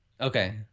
Okay